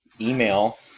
email